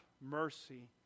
mercy